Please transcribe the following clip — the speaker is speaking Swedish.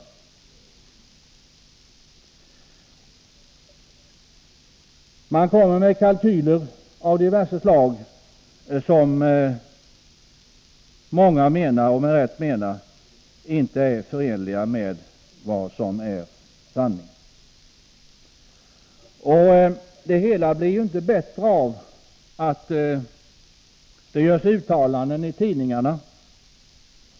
Rådet kommer med kalkyler av diverse slag som många menar inte är förenliga med verkligheten. Det hela blir inte bättre av att det görs uttalanden i tidningarna.